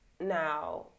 Now